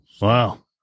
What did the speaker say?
Wow